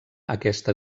aquesta